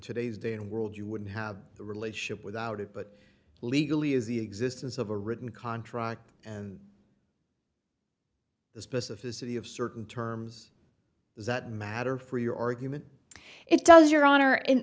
today's day and world you wouldn't have a relationship without it but legally is the existence of a written contract and the specific city of certain terms that matter for your argument it does your honor and